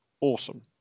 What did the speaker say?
awesome